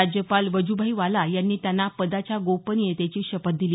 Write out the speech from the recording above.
राज्यपाल वजूभाई वाला यांनी त्यांना पदाच्या गोपनियतेची शपथ दिली